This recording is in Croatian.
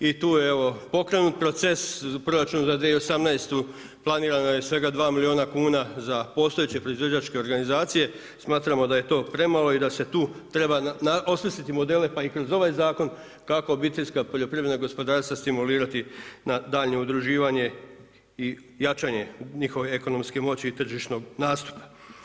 I tu je evo pokrenuti proces, proračun za 2018. planirano je svega 2 milijuna kuna za postojeće proizvođačke organizacije, smatramo da je to premalo i da se tu treba osmisliti modele pa i kroz ovaj zakon kako obiteljska poljoprivredna gospodarstva stimulirati na daljnje udruživanje i jačanje njihove ekonomske moći i tržišnog nastupa.